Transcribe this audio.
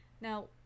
Now